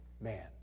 man